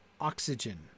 oxygen